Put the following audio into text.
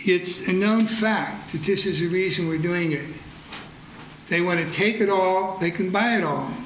it's a known fact that this is the reason we're doing it they want to take it all they can buy it all